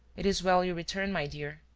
it is well you returned, my dear!